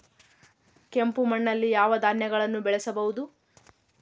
ಕೆಂಪು ಮಣ್ಣಲ್ಲಿ ಯಾವ ಧಾನ್ಯಗಳನ್ನು ಬೆಳೆಯಬಹುದು?